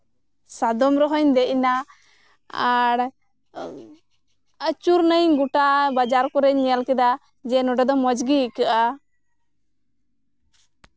ᱥᱟᱫᱚᱢ ᱨᱮᱦᱚᱧ ᱫᱮᱡᱱᱟ ᱟᱨ ᱟᱪᱩᱨ ᱱᱟᱹᱧ ᱜᱚᱴᱟ ᱵᱟᱡᱟᱨ ᱠᱚᱨᱮᱧ ᱲᱮᱞ ᱠᱮᱫᱟ ᱡᱮ ᱱᱚᱸᱰᱮ ᱫᱚ ᱢᱚᱡᱽ ᱜᱮ ᱟᱹᱭᱠᱟᱹᱜᱼᱟ